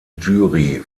jury